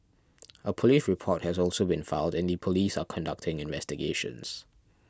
a police report has also been filed and the police are conducting investigations